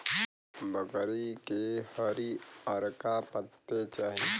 बकरी के हरिअरका पत्ते चाही